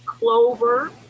Clover